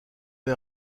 les